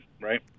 right